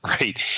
Right